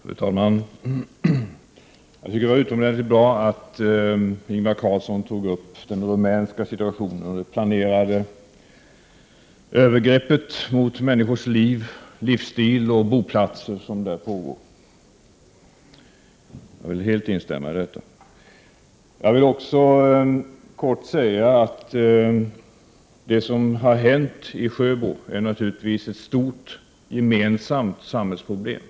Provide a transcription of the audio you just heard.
Fru talman! Jag tycker det var utomordentligt bra att Ingvar Carlsson tog upp den rumänska situationen och det planerade övergrepp mot människors liv, livsstil och boplatser som pågår i Rumänien. Jag vill helt instämma på den punkten. Jag vill också säga att det som har hänt i Sjöbo är naturligtvis ett stort gemensamt samhällsproblem.